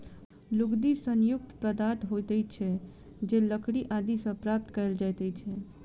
लुगदी सन युक्त पदार्थ होइत छै जे लकड़ी आदि सॅ प्राप्त कयल जाइत छै